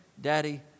Daddy